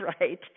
right